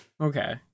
Okay